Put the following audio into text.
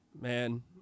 man